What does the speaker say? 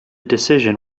decision